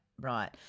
right